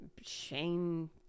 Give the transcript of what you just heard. Shane